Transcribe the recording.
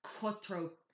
cutthroat